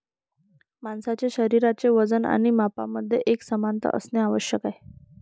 माणसाचे शरीराचे वजन आणि मापांमध्ये एकसमानता असणे आवश्यक आहे